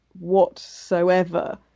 whatsoever